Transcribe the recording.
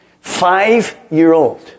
Five-year-old